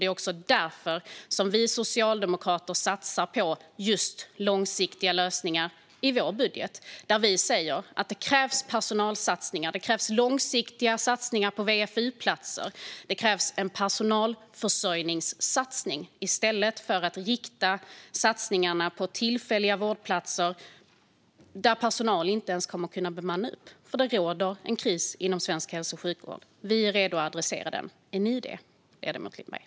Det är också därför som vi socialdemokrater satsar på just långsiktiga lösningar i vår budget, där vi säger att det krävs personalsatsningar, långsiktiga satsningar på VFU-platser och en personalförsörjningssatsning i stället för att rikta satsningarna på tillfälliga vårdplatser som personalen inte ens kommer att kunna bemanna upp, för det råder en kris inom svensk hälso och sjukvård. Vi är redo att adressera den. Är ni det, ledamoten Lindberg?